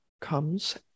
comes